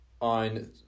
on